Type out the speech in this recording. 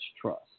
trust